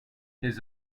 his